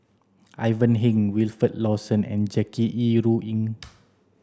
Ivan Heng Wilfed Lawson and Jackie Yi Ru Ying